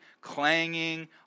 clanging